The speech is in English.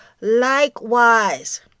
Likewise